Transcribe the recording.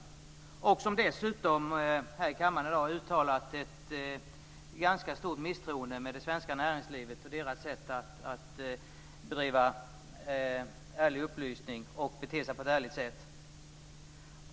Det partiet har dessutom här i kammaren i dag uttalat ett ganska stort misstroende när det gäller det svenska näringslivet och dess sätt att bedriva ärlig upplysning och bete sig ärligt.